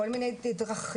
כל מיני דרכים,